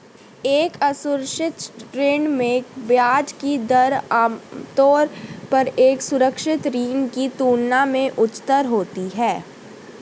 एक असुरक्षित ऋण में ब्याज की दर आमतौर पर एक सुरक्षित ऋण की तुलना में उच्चतर होती है?